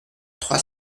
trois